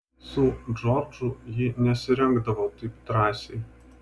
su džordžu ji nesirengdavo taip drąsiai